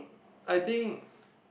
I think